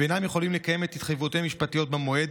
ואינם יכולים לקיים את התחייבויותיהם המשפטיות במועד,